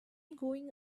going